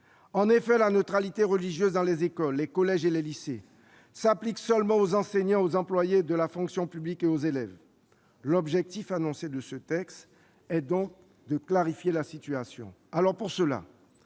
En effet, la neutralité religieuse dans les écoles, les collèges et les lycées s'applique seulement aux enseignants, aux employés de la fonction publique et aux élèves. L'objectif annoncé par les auteurs de ce texte est de clarifier la situation.